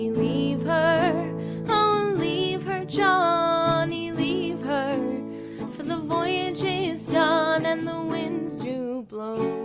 leave her oh, leave her, johnny, leave her for the voyage is done and the winds do blow